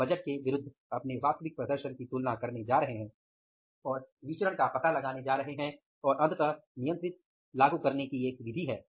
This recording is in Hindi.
हम बजट के विरूद्ध अपने वास्तविक प्रदर्शन की तुलना करने जा रहे हैं और विचरण का पता लगाने जा रहे हैं और अंततः नियंत्रित लागू करने की एक विधि है